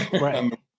Right